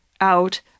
out